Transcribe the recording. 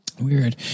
weird